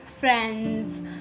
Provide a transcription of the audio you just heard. Friends